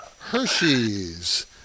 Hershey's